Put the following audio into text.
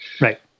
Right